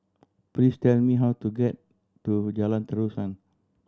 please tell me how to get to Jalan Terusan